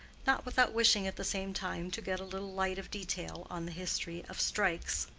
not without wishing at the same time to get a little light of detail on the history of strikes.